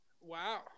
Wow